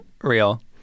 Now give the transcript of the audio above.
Real